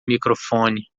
microfone